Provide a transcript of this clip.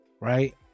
Right